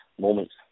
moments